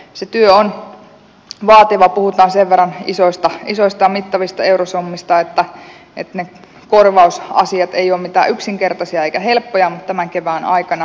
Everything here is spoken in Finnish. se työ on vaativaa puhutaan sen verran isoista ja mittavista eurosummista että ne korvausasiat eivät ole mitään yksinkertaisia eivätkä helppoja mutta tämän kevään aikana asia sitten ratkeaa